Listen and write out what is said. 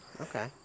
Okay